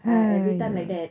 !haiya!